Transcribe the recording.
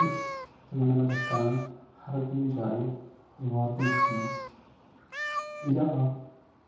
أسۍ تِمَن مَدت کران ہر کُنہِ جایہِ واتنَس منٛز یا